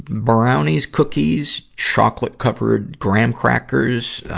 brownies, cookies, chocolate-covered graham crackers.